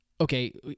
okay